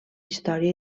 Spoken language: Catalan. història